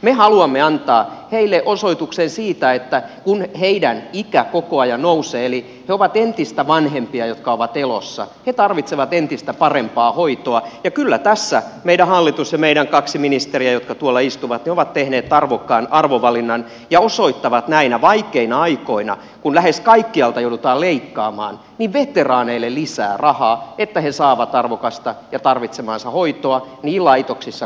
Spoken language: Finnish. me haluamme antaa heille osoituksen siitä että kun heidän ikänsä koko ajan nousee eli he ovat entistä vanhempia jotka ovat elossa he tarvitsevat entistä parempaa hoitoa ja kyllä tässä meidän hallituksemme ja meidän kaksi ministeriämme jotka tuolla istuvat ovat tehneet arvokkaan arvovalinnan ja osoittavat näinä vaikeina aikoina kun lähes kaikkialta joudutaan leikkaamaan veteraaneille lisää rahaa että nämä saavat arvokasta ja tarvitsemaansa hoitoa niin laitoksissa kuin kodeissa